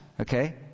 okay